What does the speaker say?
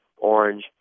orange